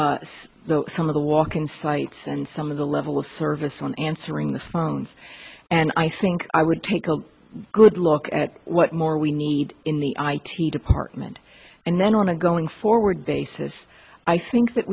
some of the walk in sites and some of the level of service on answering the phones and i think i would take a good look at what more we need in the i t department and then i'm a going forward basis i think that